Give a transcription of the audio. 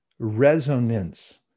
Resonance